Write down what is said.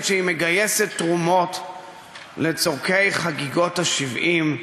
שהיא מגייסת תרומות לצורכי חגיגות ה-70,